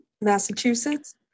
Massachusetts